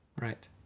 Right